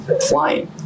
flying